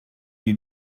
you